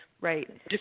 right